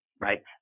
right